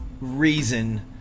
reason